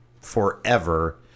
forever